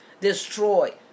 destroy